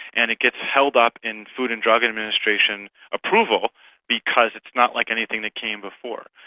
and it gets held up in food and drug administration approval because it is not like anything that came before?